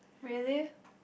really